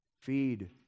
feed